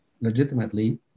legitimately